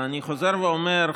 ואומר,